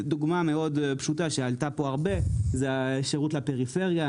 דוגמה מאוד פשוטה שעלתה כאן הרבה היא השירות לפריפריה.